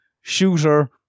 shooter